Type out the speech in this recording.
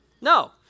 No